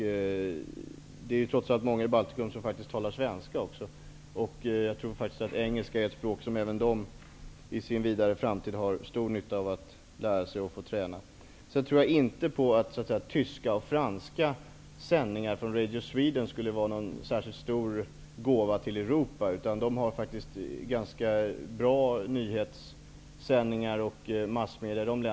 Det är faktiskt också många i Baltikum som talar svenska. Jag tror vidare att även balterna i framtiden kommer att ha stor nytta av att lära sig och få träna engelska. Jag tror inte att tyska och franska sändningar från Radio Sweden skulle vara någon särskilt stor gåva till Europa. De övriga europeiska länderna har ganska bra nyhetssändningar och massmedier.